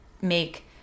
make